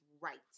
right